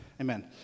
Amen